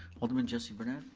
alderman jesse brunette?